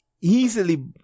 easily